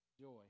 joy